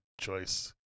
choice